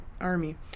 army